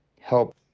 help